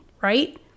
right